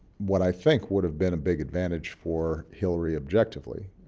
what i think would have been a big advantage for hillary objectively,